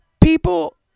People